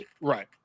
Right